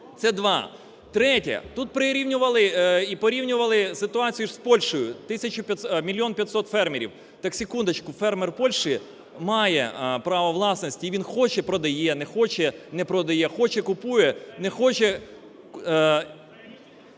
прирівнювали і порівнювали ситуацію з Польщею, мільйон п'ятсот фермерів. Так, секундочку. Фермер в Польщі має право власності. І він хоче – продає, не хоче – не продає, хоче – купує, не хоче…